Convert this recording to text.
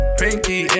pinky